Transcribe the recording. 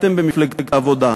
אתם במפלגת העבודה,